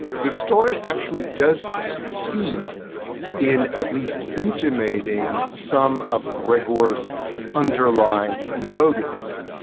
the story actually does succeed in at least intimating some of gregor's underlying motives.